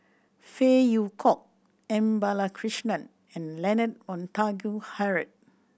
Phey Yew Kok M Balakrishnan and Leonard Montague Harrod